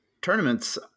tournaments